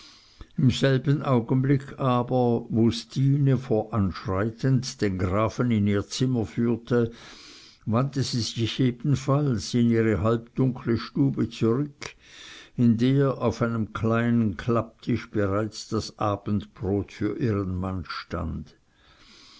im selben augenblick aber wo stine voranschreitend den grafen in ihr zimmer führte wandte sie sich ebenfalls in ihre halbdunkle stube zurück in der auf einem kienen klapptisch bereits das abendbrot für ihren mann stand